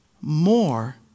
more